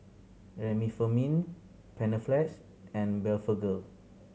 Remifemin Panaflex and Blephagel